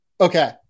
Okay